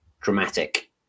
dramatic